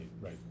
Right